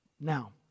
Now